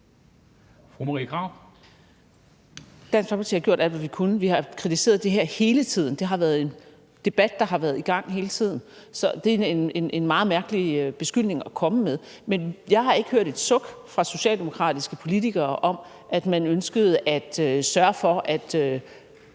Krarup (DF): Dansk Folkeparti har gjort alt, hvad vi kunne. Vi har kritiseret det her hele tiden; det har været en debat, der har været i gang hele tiden, så det er en meget mærkelig beskyldning at komme med. Men jeg har ikke hørt et suk fra socialdemokratiske politikere om, at man ønskede at sørge for, at